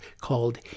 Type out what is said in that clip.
called